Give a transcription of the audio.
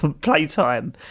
playtime